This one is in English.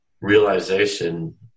realization